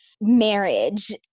marriage